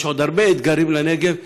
יש עוד הרבה אתגרים לנגב,